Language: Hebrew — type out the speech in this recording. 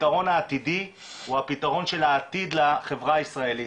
הפתרון העתידי הוא הפתרון של העתיד לחברה הישראלית,